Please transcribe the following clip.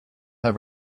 her